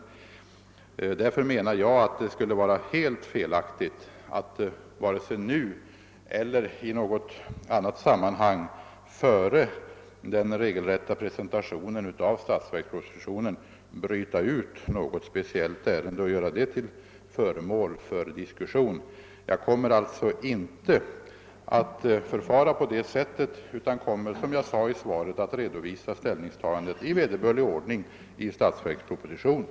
Det skulle vara helt felaktigt att före den regelrätta presentationen av statsverkspropositionen bryta ut något speciellt ärende och göra det till föremål för diskussion. Jag kommer alltså inte att förfara på det sättet utan kommer, som jag sade i svaret, att redovisa ställningstagandet i vederbörlig ordning i statsverkspropositionen.